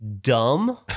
dumb